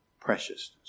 preciousness